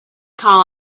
call